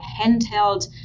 handheld